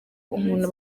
abantu